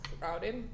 crowded